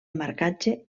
marcatge